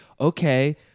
okay